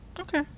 Okay